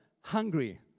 hungry